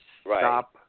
stop